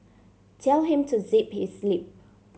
tell him to zip his lip